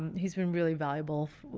he's been really valuable,